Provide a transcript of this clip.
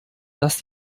dass